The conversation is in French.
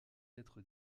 être